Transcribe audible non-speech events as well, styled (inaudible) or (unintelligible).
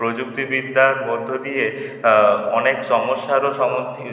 প্রযুক্তিবিদ্যার মধ্য দিয়ে অনেক সমস্যারও (unintelligible)